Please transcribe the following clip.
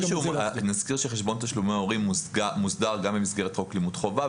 נזכיר שחשבון תשלומי ההורים מוסדר גם במסגרת חוק לימוד חובה,